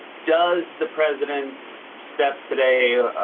does the president's steps today